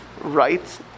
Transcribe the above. right